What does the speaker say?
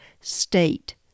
state